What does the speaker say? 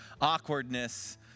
awkwardness